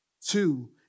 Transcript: two